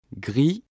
gris